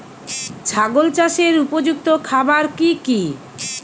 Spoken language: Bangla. ছাগল চাষের উপযুক্ত খাবার কি কি?